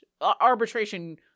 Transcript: arbitration